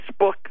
Facebook